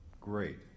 great